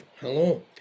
hello